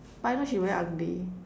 but I know she very ugly